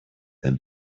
than